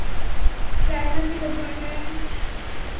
primer भी लगवाना है